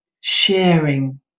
sharing